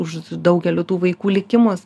už daugelio tų vaikų likimus